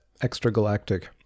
extragalactic